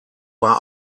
war